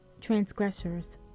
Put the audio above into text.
transgressors